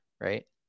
Right